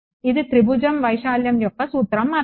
ఇది త్రిభుజం వైశాల్యం యొక్క సూత్రం మాత్రమే